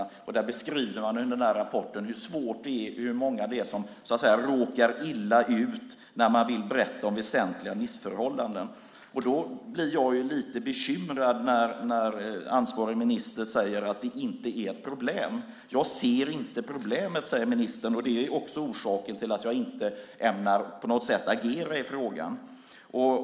I rapporten beskriver man hur svårt det är och hur många det är som råkar illa ut när de berättar om väsentliga missförhållanden. Då blir jag lite bekymrad när ansvarig minister säger att det inte är ett problem. Ministern säger att hon inte ser problemet och att det också är orsaken till att hon inte på något sätt ämnar agera i frågan.